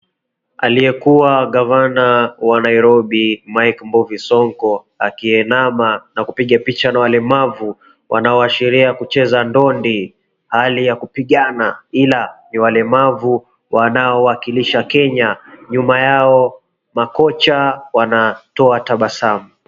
Aliyekuwa Gavana wa Nairobi Mike Mbovi Sonko akiinama na kupiga picha na walemavu. Wanaashiria kucheza dondi hali ya kupigana ila ni walemavu wanaowakilisha Kenya. Nyuma yao makocha wanatoa tabasamu.